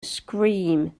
scream